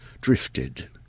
drifted